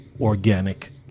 organic